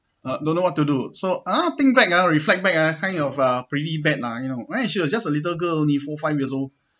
I don't know what to do so ah think back ah reflect back ah kind of a pretty bad lah you know then she was just a little girl only four five years old